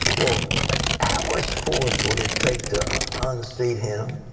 how much force would it take to unseat him?